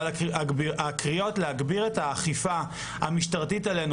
אבל הקריאות להגביר את האכיפה המשטרתית עלינו